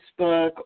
Facebook